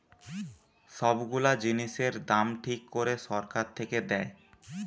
সব গুলা জিনিসের দাম ঠিক করে সরকার থেকে দেয়